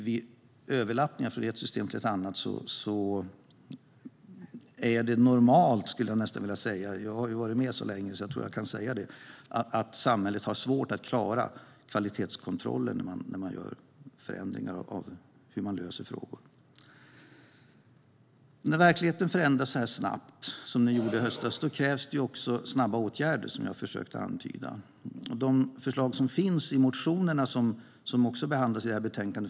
Vid överlappningar från ett system till ett annat är det normalt - jag har varit med så länge att jag tror att jag kan säga det - att samhället har svårt att klara kvalitetskontrollen vid förändringar av hur man löser frågor. När verkligheten förändras så snabbt som den gjorde i höstas krävs också snabba åtgärder. Det finns förslag i motionerna från allmänna motionstiden som behandlas i betänkandet.